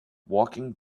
walking